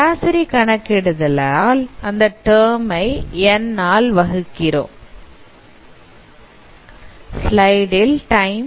சராசரி கணக்கிடுதலால் அந்த டர்ம் ஐ N ஆல் வகுகிறோம்